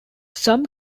some